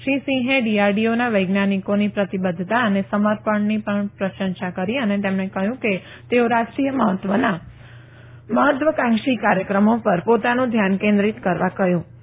ક્રી સિંહે ડીઆરડીઓના વૈજ્ઞાનિકોની પ્રતિબધ્ધતા અને સમર્પણની પ્રશંસા કરી અને તેમને કહ્યું કે તેઓ રાષ્ટ્રીય મહત્વના મહત્વાકાંક્ષી કાર્યક્રમો પર પોતાનું ધ્યાન કેન્દ્રીત કરવા કહયું